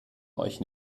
euch